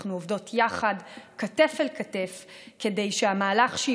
ואנחנו עובדות יחד כתף אל כתף כדי שהמהלך שהיא